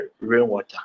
rainwater